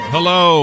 Hello